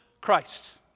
Christ